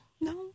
No